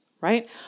right